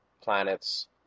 planets